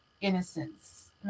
innocence